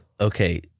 okay